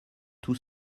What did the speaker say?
tous